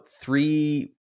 three